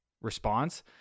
response